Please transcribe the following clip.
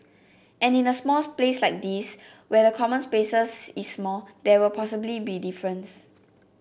and in a small place like this where the common spaces is small there will possibly be difference